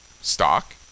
stock